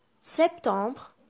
septembre